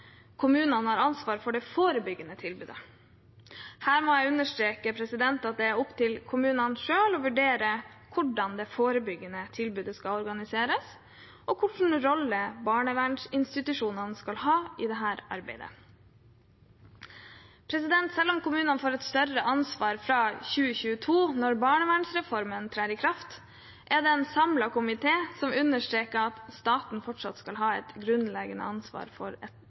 har ansvaret for det forebyggende tilbudet. Her må jeg understreke at det er opp til kommunene selv å vurdere hvordan det forebyggende tilbudet skal organiseres, og hva slags roller barnevernsinstitusjonene skal ha i dette arbeidet. Selv om kommunene får et større ansvar fra 2022, når barnevernsreformen trer i kraft, er det en samlet komité som understreker at staten fortsatt skal ha et grunnleggende ansvar for